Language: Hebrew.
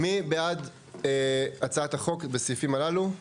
מי בעד הצעת החוק בסעיפים 1 עד 30?